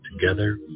Together